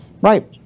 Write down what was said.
Right